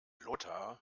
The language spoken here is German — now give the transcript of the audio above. lothar